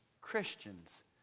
christians